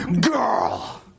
girl